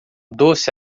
doce